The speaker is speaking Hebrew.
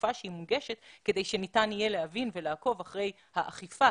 שקופה והיא מונגשת כדי שניתן יהיה להבין ולעקוב אחרי האכיפה